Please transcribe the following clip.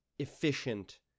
efficient